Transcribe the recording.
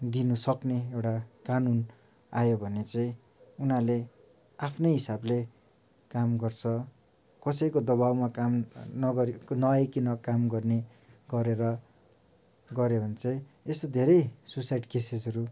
दिनु सक्ने एउटा कानुन आयो भने चाहिँ उनीहरूले आफ्नै हिसाबले काम गर्छ कसैको दबाबमा काम नगरी नआईकन काम गर्ने गरेर गर्यो भने चाहिँ यस्तो धेरै सुसाइड केसेसहरू